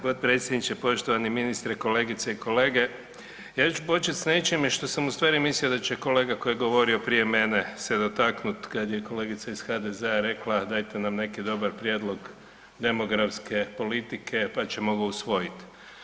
potpredsjedniče, poštovani ministre, kolegice i kolege ja ću početi s nečime što sam u stvari mislio da će kolega koji je govorio prije mene se dotaknut kad je kolegica iz HDZ-a rekla dajte nam neki dobar prijedlog demografske politike pa ćemo ga usvojiti.